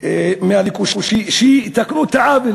מהליכוד שיתקנו את העוול